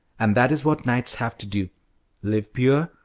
and that is what knights have to do live pure,